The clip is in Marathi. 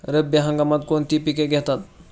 रब्बी हंगामात कोणती पिके घेतात?